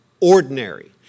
ordinary